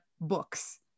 books